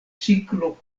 ciklo